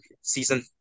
season